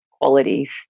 qualities